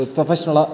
Professional